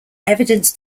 evidence